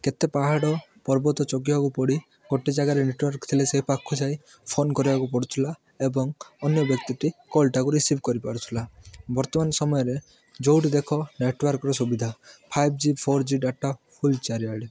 କେତେ ପାହାଡ଼ ପର୍ବତ ଜଗିବାକୁ ପଡ଼େ ଗୋଟେ ଜାଗାରେ ନେଟୱାର୍କ ଥିଲେ ସେ ପାଖକୁ ଯାଇ ଫୋନ୍ କରିବାକୁ ପଡ଼ୁଥିଲା ଏବଂ ଅନ୍ୟ ବ୍ୟକ୍ତିଟି କଲ୍ଟାକୁ ରିସିଭ୍ କରିପାରୁଥୁଲା ବର୍ତ୍ତମାନ ସମୟରେ ଯେଉଁଠି ଦେଖ ନେଟୱାର୍କର ସୁବିଧା five G four G data full ଚାରିଆଡ଼େ